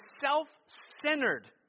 self-centered